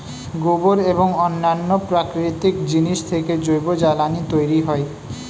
গোবর এবং অন্যান্য প্রাকৃতিক জিনিস থেকে জৈব জ্বালানি তৈরি হয়